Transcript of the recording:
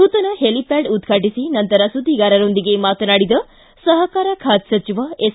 ನೂತನ ಹೆಲಿಪ್ಕಾಡ್ ಉದ್ಘಾಟಿಸಿ ನಂತರ ಸುದ್ದಿಗಾರರೊಂದಿಗೆ ಮಾತನಾಡಿದ ಸಪಕಾರ ಖಾತೆ ಸಚಿವ ಎಸ್